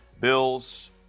Bills